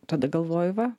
tada galvoji va